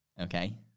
Okay